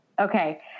okay